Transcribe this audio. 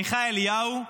עמיחי אליהו,